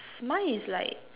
mine is like